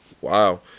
Wow